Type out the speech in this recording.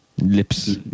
lips